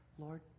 Lord